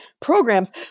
programs